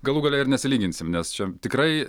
galų gale ir nesilyginsime nes čia tikrai